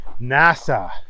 NASA